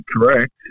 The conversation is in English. correct